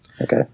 Okay